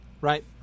right